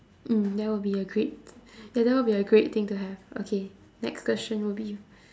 mm that will be a great ya that will be a great thing to have okay next question will be you